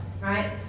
right